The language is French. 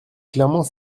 clairement